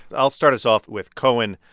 i'll start us off with cohen.